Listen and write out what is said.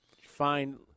find